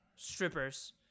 strippers